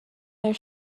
their